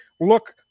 look